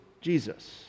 Jesus